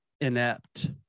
inept